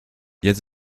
jetzt